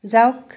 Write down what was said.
যাওক